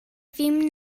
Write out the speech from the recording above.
ddim